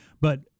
But-